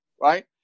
right